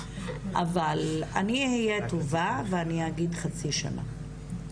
אבל אני אהיה טובה ואני אגיד חצי שנה,